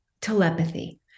telepathy